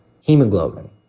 hemoglobin